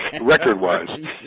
record-wise